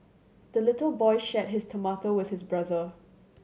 the little boy shared his tomato with his brother